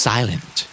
Silent